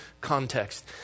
context